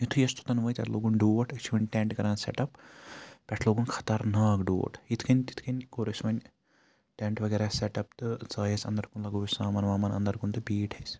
یُتھُے أسۍ توٚتَن وٲتۍ اَتہِ لوگُن ڈوٹھ أسۍ چھِ وَنہِ ٹٮ۪نٛٹ کَران سٮ۪ٹ اپ پٮ۪ٹھٕ لوگُن خطرناک ڈوٹھ یِتھ کٔنۍ تِتھ کٔنۍ کوٚر اَسہِ وۄنۍ ٹٮ۪نٛٹ وغیرہ سٮ۪ٹ اپ تہٕ ژاے أسۍ اَنٛدرکُن لَگوو اَسہِ سامان وامان اَںٛدرکُن تہٕ بیٖٹھۍ أسۍ